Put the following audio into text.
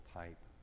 type